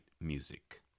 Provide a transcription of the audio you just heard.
Music